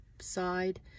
side